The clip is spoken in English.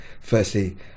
firstly